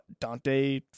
Dante